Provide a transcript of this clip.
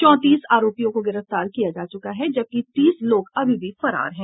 चौतीस आरोपियों को गिरफ्तार किया जा चुका है जबकि तीस लोग अभी भी फरार है